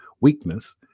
weakness